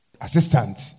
assistant